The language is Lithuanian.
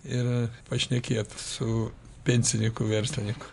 ir pašnekėt su pensininku verslininku